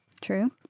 True